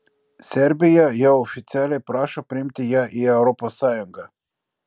serbija jau oficialiai prašo priimti ją į europos sąjungą